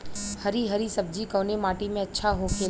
हरी हरी सब्जी कवने माटी में अच्छा होखेला?